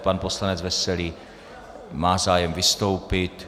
Pan poslanec Veselý má zájem vystoupit.